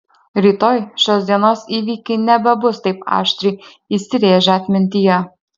rytoj šios dienos įvykiai nebebus taip aštriai įsirėžę atmintyje